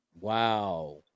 Wow